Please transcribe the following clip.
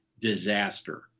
disaster